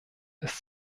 ist